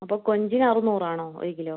അപ്പോൾ കൊഞ്ചിന് അറുന്നൂറാണോ ഒരു കിലൊ